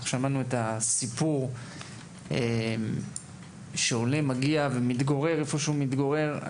שמענו את הסיפור שעולה מגיע ומתגורר היכן שהוא מתגורר.